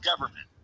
government